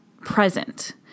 present